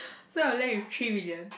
so I'm left with three million